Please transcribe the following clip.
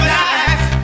life